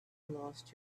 lost